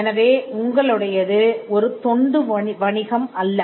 எனவே உங்களுடையது ஒரு தொண்டு வணிகம் அல்ல